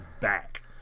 back